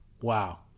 Wow